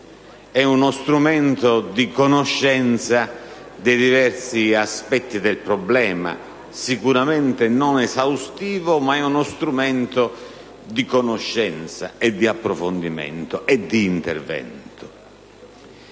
è uno strumento di conoscenza dei diversi aspetti del problema, sicuramente non esaustivo, ma è uno strumento di conoscenza, di approfondimento e di intervento),